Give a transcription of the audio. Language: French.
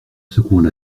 secouant